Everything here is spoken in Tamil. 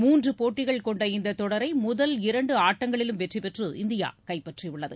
மூன்று போட்டிகள் கொண்ட இந்தத் தொடரை முதல் இரண்டு ஆட்டங்களிலும் வெற்றி பெற்று இந்தியா கைப்பற்றியுள்ளது